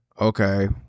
Okay